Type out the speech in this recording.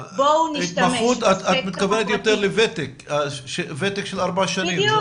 בואו נשתמש --- התמחות את מתכוונת יותר לוותק של 4 שנים?